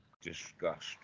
disgust